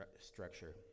structure